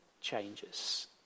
changes